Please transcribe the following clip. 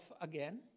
again